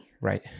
Right